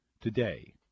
today